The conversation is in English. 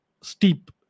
steep